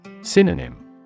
Synonym